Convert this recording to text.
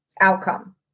outcome